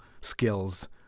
skills